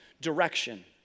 direction